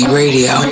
radio